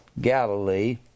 Galilee